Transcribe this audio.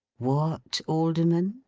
what, alderman!